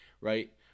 right